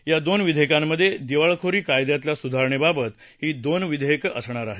या दोन विधेयकांमध्ये दिवाळखोरी कायद्यातल्या सुधारणेबाबत ही दोन विधेयकं असणार आहेत